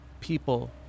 people